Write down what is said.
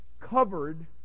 covered